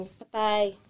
bye-bye